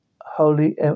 Holy